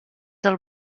del